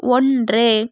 ஒன்று